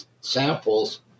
samples